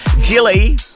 Jilly